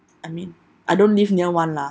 I mean I don't live near one lah